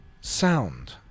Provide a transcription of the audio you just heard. sound